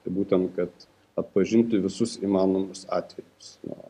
tai būtent kad atpažinti visus įmanomus atvejus na